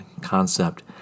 concept